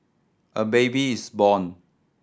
a baby is born